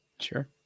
Sure